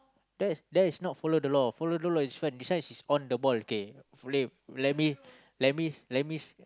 that is that is not follow the law follow the law is one this one is on the ball okay boleh okay let me let me let me